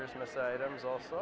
christmas items also